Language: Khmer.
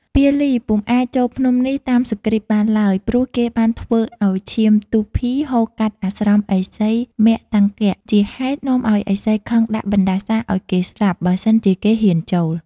ពាលីពុំអាច ចូលភ្នំនេះតាមសុគ្រីពបានឡើយ ព្រោះគេបានធ្វើឱ្យឈាមទូភីហូរកាត់អាស្រមឥសីមតង្គ ជា ហេតុនាំឱ្យឥសីខឹងដាក់បណ្តាសារឱ្យគេស្លាប់ បើសិនជាគេហ៊ានចូល។